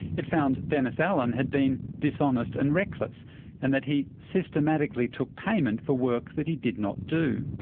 it found dennis allan had been dishonest and reckless and that he systematically took payment for work that he did not do.